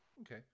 Okay